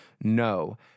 no